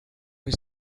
his